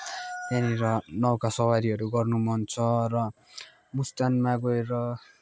त्यहाँनिर नौका सवारीहरू गर्न मन छ र मुस्ताङमा गएर